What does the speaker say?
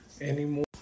anymore